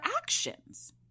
actions